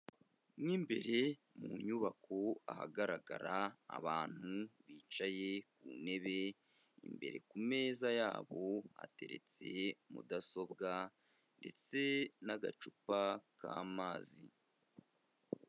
Mo imbere mu nyubako ahagaragara abantu bicaye mu ntebe, imbere ku meza yabo hateretse mudasobwa ndetse n'agacupa k'amazi.